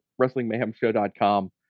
WrestlingMayhemShow.com